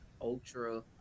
ultra